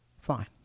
fine